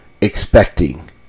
expecting